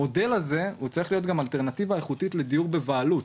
המודל הזה הוא צריך להיות גם אלטרנטיבה איכותית לדיור בבעלות.